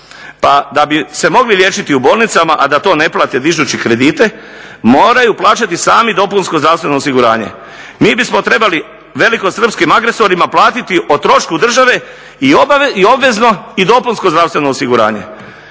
pa da bi se mogli liječiti u bolnicama a da to ne plate dižući kredite moraju plaćati sami dopunsko zdravstveno osiguranje. Mi bismo trebali velikosrpskim agresorima platiti o trošku države i obvezno i dopunsko zdravstveno osiguranje.